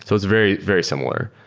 so it's very, very similar.